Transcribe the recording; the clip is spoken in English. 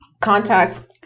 Contacts